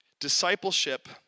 Discipleship